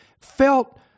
felt